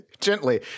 gently